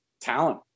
talent